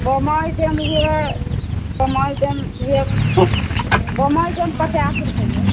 बम्बइ जॅं देब बम्बइ जॅं देब बम्बइ देब पचास रुपैआ